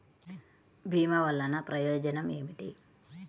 భీమ వల్లన ప్రయోజనం ఏమిటి?